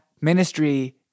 ministry